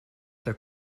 der